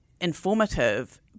informative